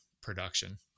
production